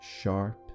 sharp